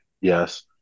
Yes